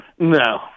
No